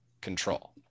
control